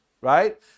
right